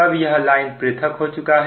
तब यह लाइन पृथक हो चुका है